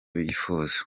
bifuza